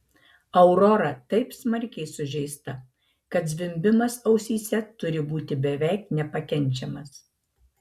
aurora taip smarkiai sužeista kad zvimbimas ausyse turi būti beveik nepakenčiamas